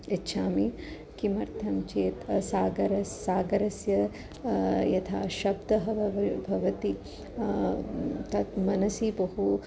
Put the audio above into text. इच्छामि किमर्थं चेत् सागरस्य सागरस्य यथा शब्दः भवति तत् मनसि बहु